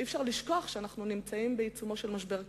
אי-אפשר לשכוח שאנחנו נמצאים בעיצומו של משבר כלכלי.